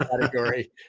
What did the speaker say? category